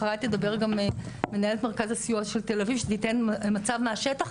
אחרי תדבר גם מנהלת מרכז הסיוע של תל אביב שתיתן מצב מהשטח,